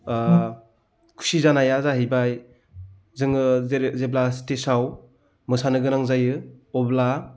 खुसि जानाया जाहैबाय जोङो जेब्ला स्थेजआव मोसानो गोनां जायो अब्ला